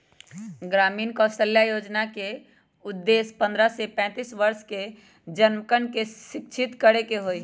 ग्रामीण कौशल्या योजना के उद्देश्य पन्द्रह से पैंतीस वर्ष के जमनकन के शिक्षित करे के हई